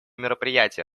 мероприятия